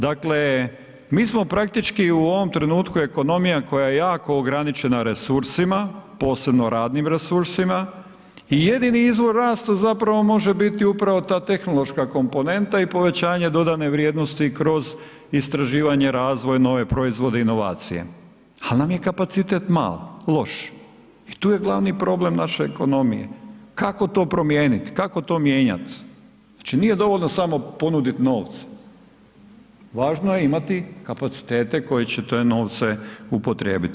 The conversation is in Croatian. Dakle mi smo praktički u ovom trenutku, ekonomija koja je jako ograničena resursima, posebno radnim resursima i jedini izvor rasta zapravo može biti upravo ta tehnološka komponenta i povećanje dodane vrijednosti kroz istraživanje, razvoj, nove proizvode, inovacije ali nam je kapacitet mali, loš i tu je glavni problem naše ekonomije, kako to promijeniti, kako to mijenjati, znači nije dovoljno samo ponudit novce, važno je imati kapacitete koji će te novce upotrijebiti.